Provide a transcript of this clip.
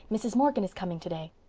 mrs. morgan is coming today.